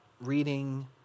reading